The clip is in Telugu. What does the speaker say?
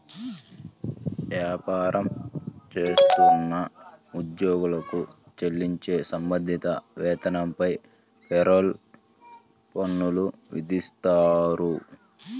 వ్యాపారం చేస్తున్న ఉద్యోగులకు చెల్లించే సంబంధిత వేతనాలపై పేరోల్ పన్నులు విధిస్తారు